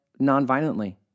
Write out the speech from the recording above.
nonviolently